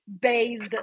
based